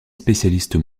spécialistes